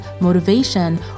motivation